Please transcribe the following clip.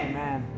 Amen